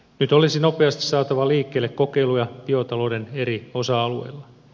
nyt olisi nopeasti saatava liikkeelle kokeiluja biotalouden eri osa alueilla